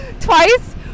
Twice